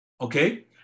Okay